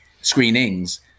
screenings